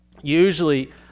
usually